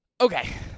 Okay